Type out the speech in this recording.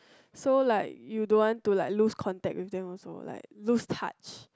so like you don't want to like lose contact with them also like lose touch